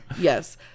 yes